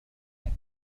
هناك